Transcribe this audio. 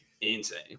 insane